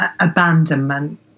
abandonment